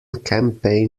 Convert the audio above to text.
campaign